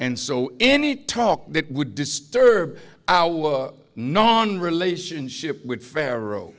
and so any talk that would disturb our non relationship with pharaoh